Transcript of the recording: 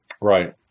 Right